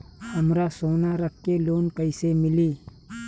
हमरा सोना रख के लोन कईसे मिली?